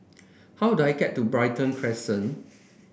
how do I get to Brighton Crescent